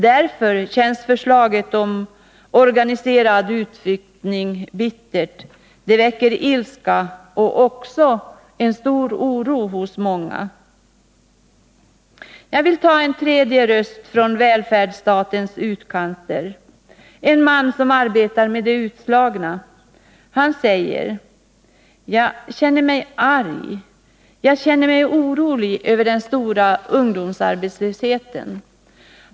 Därför uppfattas förslaget om organiserad utflyttning som bittert. Det väcker ilska och även stor oro hos många. Jag vill citera en tredje röst från välfärdsstatens utkanter, en man som arbetar bland de utslagna. Han säger: Jag känner mig arg. Jag känner mig orolig över den stora ungdomsarbetslösheten.